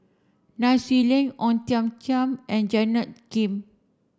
Nai Swee Leng Ong Tiong Khiam and Janet Lim